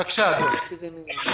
בבקשה, אדוני.